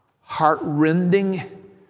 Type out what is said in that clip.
heartrending